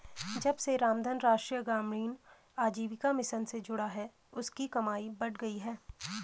जब से रामधन राष्ट्रीय ग्रामीण आजीविका मिशन से जुड़ा है उसकी कमाई बढ़ गयी है